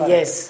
Yes